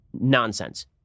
Nonsense